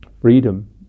freedom